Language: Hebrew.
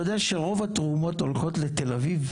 אתה יודע שרוב התרומות הולכות לתל אביב?